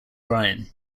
rhine